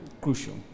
crucial